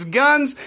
guns